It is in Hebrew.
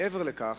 מעבר לכך,